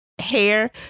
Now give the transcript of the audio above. hair